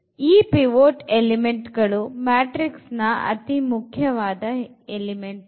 ಈ pivot element ಗಳು matrix ನ ಅತಿ ಮುಖ್ಯವಾದ ಎಲಿಮೆಂಟ್ ಗಳು